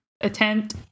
attempt